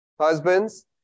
husbands